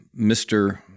Mr